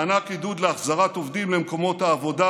מענק עידוד להחזרת עובדים למקומות העבודה.